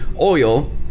oil